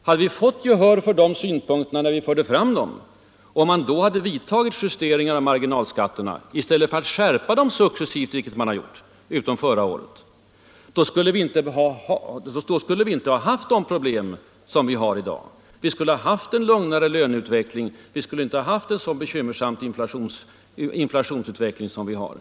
Om så hade skett och om man då hade vidtagit justeringar av marginalskatterna i stället för att skärpa dem successivt, vilket man gjort utom förra året, skulle vi inte här i landet ha haft de svåra problem som vi har i dag. Vi skulle ha haft en lugnare löneutveckling och inte en så bekymmersam inflationsutveckling som f.n.